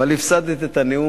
אבל הפסדת את הנאום,